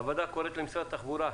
הוועדה קוראת למשרד התחבורה,